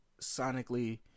sonically